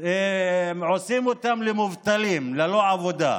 עושים אותם מובטלים, ללא עבודה.